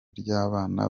ry’abana